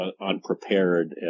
unprepared